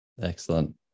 excellent